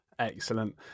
Excellent